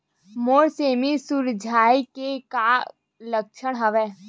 मोर सेमी मुरझाये के का लक्षण हवय?